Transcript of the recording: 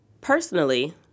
Personally